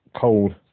cold